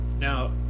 Now